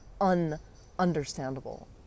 un-understandable